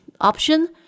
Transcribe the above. option